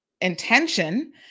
intention